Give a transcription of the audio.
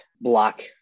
block